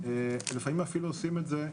לפעמים אפילו עושים את זה,